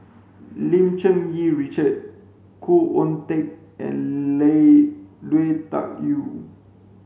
Lim Cherng Yih Richard Khoo Oon Teik and Lee Lui Tuck Yew